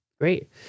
Great